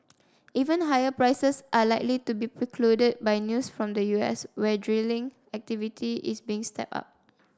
even higher prices are likely to be precluded by news from the U S where drilling activity is being stepped up